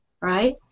Right